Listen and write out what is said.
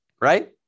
Right